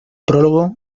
prólogo